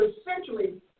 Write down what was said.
essentially